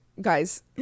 Guys